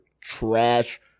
trash